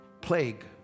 plague